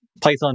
Python